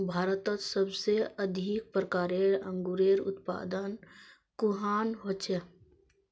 भारतत सबसे अधिक प्रकारेर अंगूरेर उत्पादन कुहान हछेक